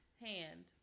hand